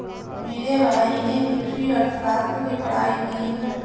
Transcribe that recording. मेरे भाई ने कृषि अर्थशास्त्र की पढ़ाई की है